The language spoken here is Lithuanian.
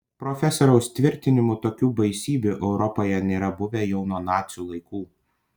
profesoriaus tvirtinimu tokių baisybių europoje nėra buvę jau nuo nacių laikų